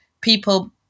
people